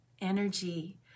energy